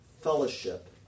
fellowship